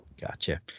Gotcha